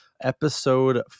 Episode